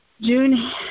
June